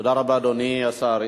תודה רבה, אדוני השר.